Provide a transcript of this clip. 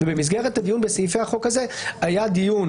ובמסגרת הדיון בסעיפי החוק הזה היה דיון